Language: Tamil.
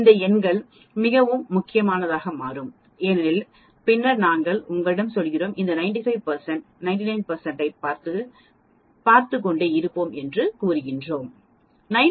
இந்த எண்கள் மிகவும் முக்கியமானதாக மாறும் ஏனெனில் பின்னர் நாங்கள் உங்களிடம் செல்கிறோம் இந்த 95 99 ஐப் பார்த்துக் கொண்டே இருப்போம் என்று கூறுகிறோம்